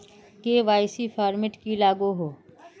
KYC format की लागोहो?